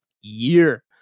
year